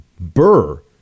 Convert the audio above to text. Burr